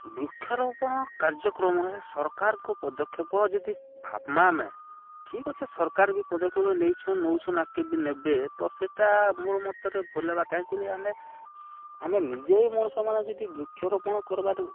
ବୃକ୍ଷରୋପଣ କାର୍ଯ୍ୟକ୍ରମ ସରକାରଙ୍କ ପଦକ୍ଷେପ ଯଦି ଭାବମା ଆମେ ଠିକ୍ ଅଛେ ସରକାର ବି ପଦକ୍ଷେପେ ନେଇଛନ୍ ନେଉଛନ୍ ଆକେ ବି ନେବେ ତ ସେଟା ମୋର ମତରେ ଭୁଲ ହେବା କାହିଁକି ଆମେ ଆମେ ନିଜେ ହ ମଣିଷମାନେ ଯଦି ବୃକ୍ଷରୋପଣ କର୍ବାରେ